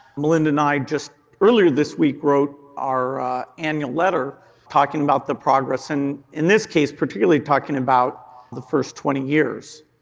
melinda and i just earlier this week wrote our annual letter talking about the progress, and in this case particularly talking about the first twenty years.